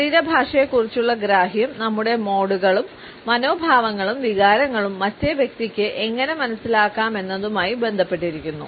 ശരീരഭാഷയെക്കുറിച്ചുള്ള ഗ്രാഹ്യം നമ്മുടെ മോഡുകളും മനോഭാവങ്ങളും വികാരങ്ങളും മറ്റേ വ്യക്തിക്ക് എങ്ങനെ മനസ്സിലാക്കാമെന്നതുമായി ബന്ധപ്പെട്ടിരിക്കുന്നു